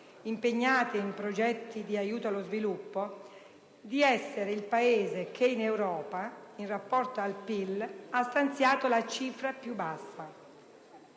impegnate in progetti di aiuto allo sviluppo, di essere il Pese che in Europa, in rapporto al PIL, ha stanziato la cifra più bassa.